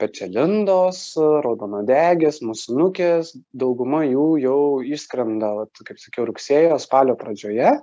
pečialindos raudonuodegės musinukės dauguma jų jau išskrenda vat kaip sakiau rugsėjo spalio pradžioje